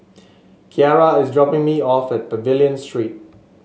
Keara is dropping me off at Pavilion Street